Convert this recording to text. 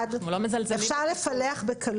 אנחנו לא מזלזלים בטיפול.